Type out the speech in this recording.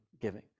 giving